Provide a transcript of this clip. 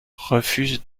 refuse